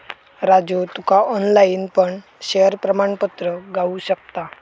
राजू तुका ऑनलाईन पण शेयर प्रमाणपत्र गावु शकता